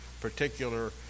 particular